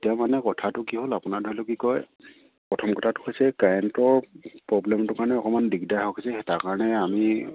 এতিয়া মানে কথাটো কি হ'ল আপোনাৰ ধৰি লক কি কয় প্ৰথম কথাটো হৈছে কাৰেণ্টৰ প্ৰব্লেমটোৰ কাৰণে অকণমান দিগদাৰ হৈ হৈছে সেই তাৰ কাৰণে আমি